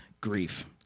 grief